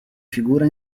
figura